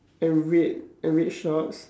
and red and red shorts